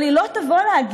אבל היא לא תבוא להגיד,